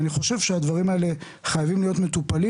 ואני חושב שהדברים האלה חייבים להיות מטופלים